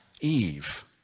Eve